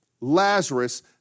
Lazarus